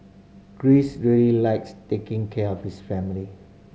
Greece really likes taking care of his family